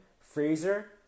Fraser